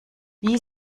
wie